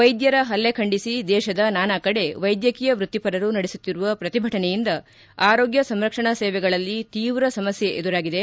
ವೈದ್ಯರ ಹಲ್ಲೆ ಖಂಡಿಸಿ ದೇಶದ ನಾನಾಕಡೆ ವೈದ್ಯಕೀಯ ವೃತ್ತಿಪರರು ನಡೆಸುತ್ತಿರುವ ಪ್ರತಿಭಟನೆಯಿಂದ ಆರೋಗ್ಯ ಸಂರಕ್ಷಣಾ ಸೇವೆಗಳಲ್ಲಿ ತೀವ್ರ ಸಮಸ್ಕೆ ಎದುರಾಗಿದೆ